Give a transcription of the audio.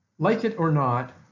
like it or not,